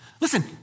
Listen